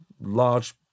large